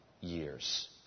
years